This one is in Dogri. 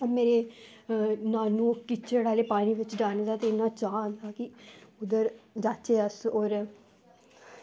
ते मेरे मामें ते कीचड़ आह्ले पानी च जाने दा ते इन्ना चाह् आंदा की उद्धर जाह्चै होर